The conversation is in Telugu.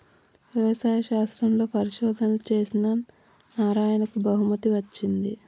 వ్యవసాయ శాస్త్రంలో పరిశోధనలు చేసిన నారాయణకు బహుమతి వచ్చింది